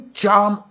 charm